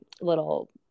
little